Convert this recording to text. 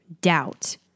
doubt